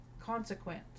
consequence